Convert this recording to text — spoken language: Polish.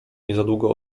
niezadługo